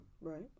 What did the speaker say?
Right